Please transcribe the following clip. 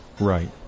Right